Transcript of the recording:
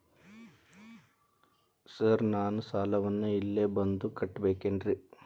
Sir ನಾನು ಸಾಲವನ್ನು ಇಲ್ಲೇ ಬಂದು ಕಟ್ಟಬೇಕೇನ್ರಿ?